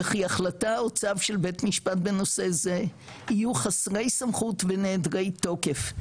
וכי החלטה או צו של בית משפט בנושא זה יהיו חסרי סמכות ונעדרי תוקף.